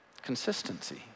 consistency